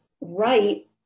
right